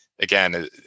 again